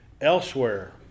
elsewhere